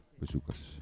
bezoekers